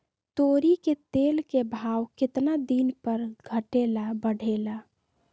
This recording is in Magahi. तोरी के तेल के भाव केतना दिन पर घटे ला बढ़े ला?